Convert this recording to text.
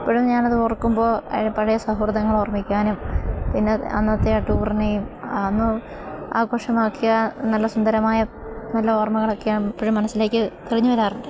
ഇപ്പോഴും ഞാനതോർക്കുമ്പോള് പഴയ സൗഹൃദങ്ങളെ ഓർമ്മിക്കാനും പിന്നെ അന്നത്തെയാ ടൂറും അന്ന് ആഘോഷമാക്കിയ നല്ല സുന്ദരമായ നല്ല ഓർമ്മകളുമൊക്കെയാണ് ഇപ്പോഴും മനസ്സിലേക്ക് തെളിഞ്ഞുവരാറ്